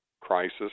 crisis